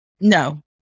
No